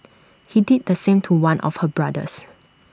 he did the same to one of her brothers